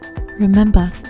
Remember